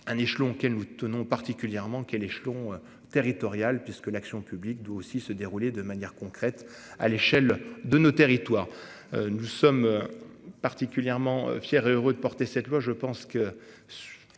Un échelon elle nous tenons particulièrement est l'échelon territorial puisque l'action publique doit aussi se dérouler de manière concrète à l'échelle de nos territoires. Nous sommes. Particulièrement fiers et heureux de porter cette loi,